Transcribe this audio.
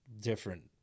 different